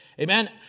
Amen